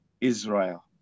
Israel